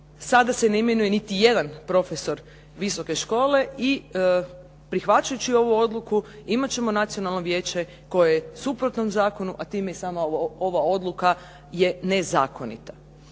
sada se ne imenuje niti jedan profesor visoke škole i prihvaćajući ovu odluku imati ćemo Nacionalno vijeće koje je suprotno zakonu, a time i sama ova odluka je nezakonita.